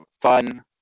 fun